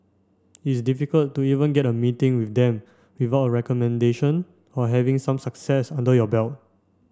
it's difficult to even get a meeting with them without a recommendation or having some success under your belt